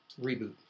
reboot